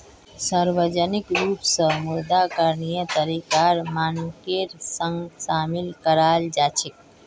सार्वजनिक रूप स मुद्रा करणीय तरीकाक मानकेर संग शामिल कराल जा छेक